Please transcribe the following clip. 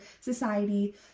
society